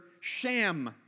sham